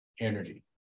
energy